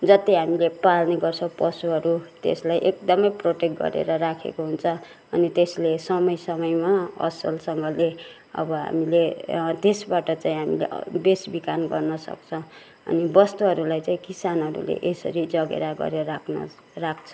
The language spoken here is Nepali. जति हामी पाल्ने गर्छौँ पशुहरू त्यसलाई एकदमै प्रोटेक्ट गरेर राखेको हुन्छ अनि त्यसले समय समयमा असलसँगले अब हामीले त्यसबाट चाहिँ हामीले बेसबिखन गर्न सक्छौँ अनि बस्तुहरूलाई चाहिँ किसानहरूले यसरी जगेरा गरेर राख्न राख्छ